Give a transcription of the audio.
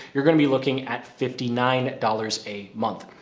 you're going to be looking at fifty nine dollars a month.